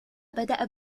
بدأ